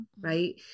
right